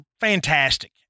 fantastic